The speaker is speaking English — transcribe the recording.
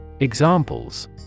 Examples